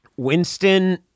Winston